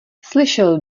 slyšel